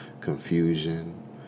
confusion